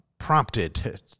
prompted